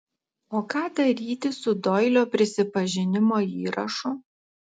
o ką daryti su doilio prisipažinimo įrašu